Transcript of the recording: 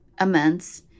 immense